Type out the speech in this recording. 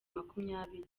makumyabiri